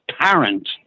parent